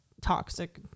toxic